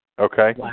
Okay